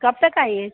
कब तक आइए